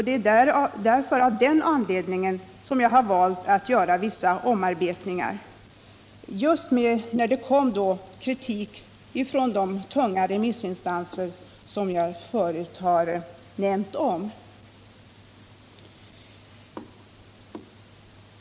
Det är av den anledningen som jag har valt att göra vissa omarbetningar — just därför att det kom kritik från de tunga remissinstanser som jag förut har nämnt.